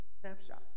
snapshots